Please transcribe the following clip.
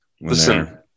Listen